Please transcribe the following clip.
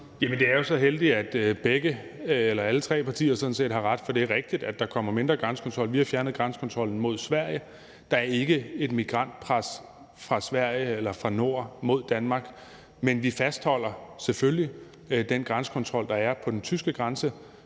det er jo så heldigt, at alle tre partier sådan set har ret, for det er rigtigt, at der kommer mindre grænsekontrol. Vi har fjernet grænsekontrollen mod Sverige. Der er ikke et migrantpres fra Sverige eller fra nord mod Danmark, men vi fastholder selvfølgelig den grænsekontrol, der er ved den tyske grænse.